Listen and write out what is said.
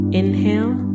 inhale